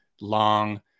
long